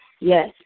Yes